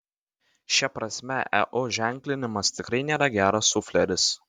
šia prasme eu ženklinimas tikrai nėra geras sufleris